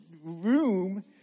room